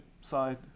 side